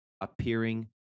appearing